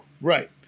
Right